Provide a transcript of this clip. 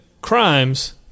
crimes